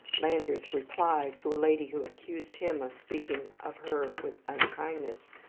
landor's reply to a lady who accused him of speaking of her with unkindness,